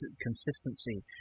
consistency